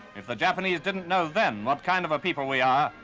if the japanese didn't know then what kind of people we are,